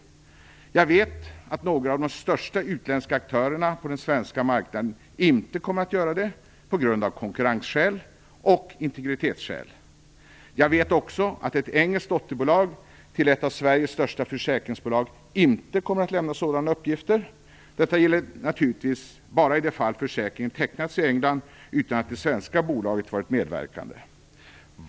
Jag vet att några av de största utländska aktörerna på den svenska marknaden inte kommer att göra det av konkurrensskäl och integritetsskäl. Jag vet också att ett engelskt dotterbolag till ett av Sveriges största försäkringsbolag inte kommer att lämna sådana uppgifter. Detta gäller naturligtvis bara i det fall försäkringen tecknats i England utan att det svenska bolaget varit medverkande.